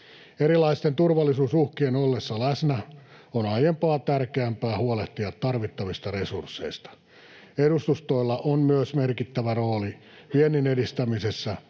Erilaisten turvallisuusuhkien ollessa läsnä on aiempaa tärkeämpää huolehtia tarvittavista resursseista. Edustustoilla on myös merkittävä rooli vienninedistämisessä,